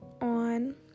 on